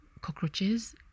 cockroaches